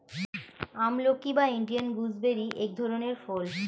আমলকি বা Indian gooseberry এক ধরনের ফল